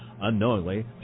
Unknowingly